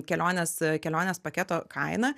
kelionės kelionės paketo kainą